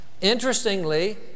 Interestingly